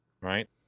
right